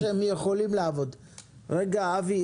אם יותר לי,